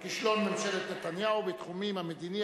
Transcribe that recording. כישלון ממשלת נתניהו בתחום המדיני,